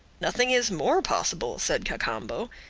nothing is more possible, said cacambo,